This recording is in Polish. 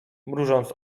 mrużąc